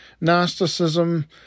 Gnosticism